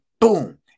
boom